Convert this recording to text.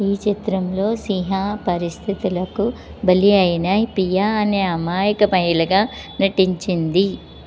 ఈ చిత్రంలో సిహా పరిస్థితులకు బలి అయిన పియా అనే అమాయక మహిళగా నటించింది